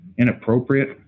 inappropriate